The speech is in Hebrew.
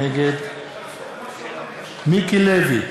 נגד מיקי לוי,